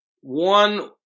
one